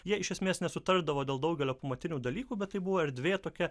jie iš esmės nesutardavo dėl daugelio pamatinių dalykų bet tai buvo erdvė tokia